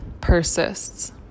persists